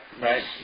Right